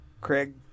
Craig